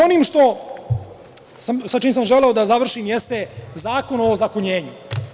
Ono sa čim sam želeo da završim jeste Zakon o ozakonjenju.